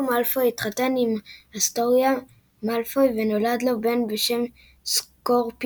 מאלפוי התחתן עם אסטוריה מאלפוי ונולד לו בן בשם סקורפיו,